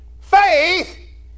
Faith